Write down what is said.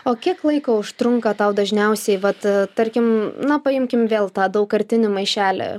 o kiek laiko užtrunka tau dažniausiai vat tarkim na paimkim vėl tą daugkartinį maišelį